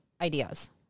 ideas